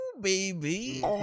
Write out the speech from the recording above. baby